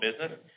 business